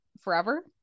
forever